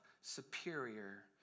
superior